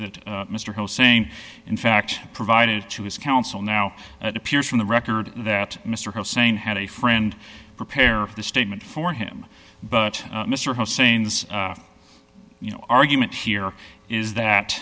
that mr hussein in fact provided to his counsel now that appears from the record that mr hussein had a friend prepare the statement for him but mr hussein's you know argument here is that